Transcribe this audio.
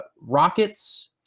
rockets